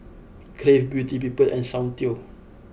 Crave Beauty People and Soundteoh